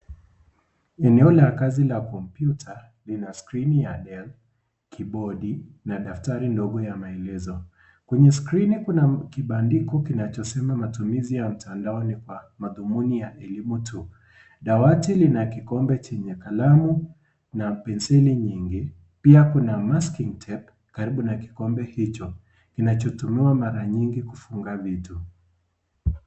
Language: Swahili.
Eneo la kazi la kompyuta, lina skrini ya Dell , kibodi na daftari ndogo ya maelezo. Kwenye skrini kuna kibandiko kinachosema ' Matumizi ya mtandao ni kwa madhumuni ya elimu tu.' Dawati lina kikombe chenye kalamu na penseli nyingi. Pia kuna masking tape karibu na kikombe hicho kinachotumiwa mara nyingi kufunga vitu.